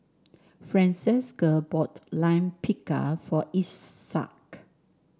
Francesca bought Lime Pickle for Isaak